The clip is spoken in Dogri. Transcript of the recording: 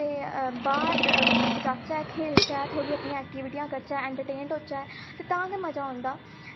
ते बाह्र जाह्चै खेढचै थोह्ड़ी अपनी एक्टिविटियां करचै एंटरटेन्ड होचै ते तां गै मजा औंदा